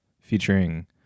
featuring